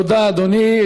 תודה, אדוני.